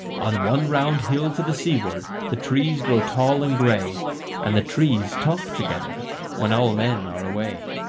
on one round hill to the seaward the trees grow tall and grey and the trees talk together when all men are away.